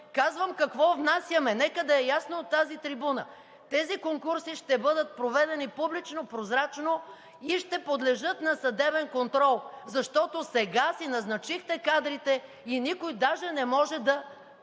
Казвам какво внасяме, нека да е ясно от тази трибуна. Тези конкурси ще бъдат проведени публично, прозрачно и ще подлежат на съдебен контрол, защото сега си назначихте кадрите и никой даже не може да